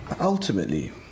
Ultimately